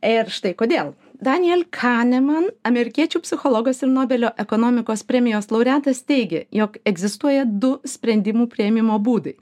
ir štai kodėl daniel kaneman amerikiečių psichologas ir nobelio ekonomikos premijos laureatas teigia jog egzistuoja du sprendimų priėmimo būdai